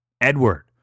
Edward